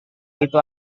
itu